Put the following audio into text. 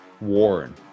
Warren